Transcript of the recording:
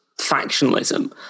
factionalism